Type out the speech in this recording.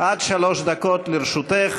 עד שלוש דקות לרשותך